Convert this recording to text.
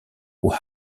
who